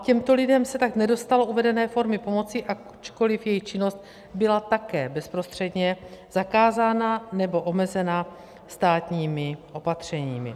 Těmto lidem se tak nedostalo uvedené formy pomoci, ačkoliv jejich činnost byla také bezprostředně zakázána nebo omezena státními opatřeními.